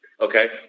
okay